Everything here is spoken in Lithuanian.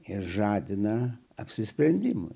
ir žadina apsisprendimui